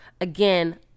again